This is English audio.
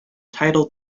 tidal